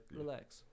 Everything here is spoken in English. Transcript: Relax